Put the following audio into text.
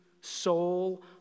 soul